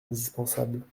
indispensable